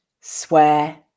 swear